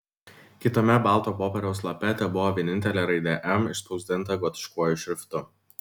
kitame balto popieriaus lape tebuvo vienintelė raidė m išspausdinta gotiškuoju šriftu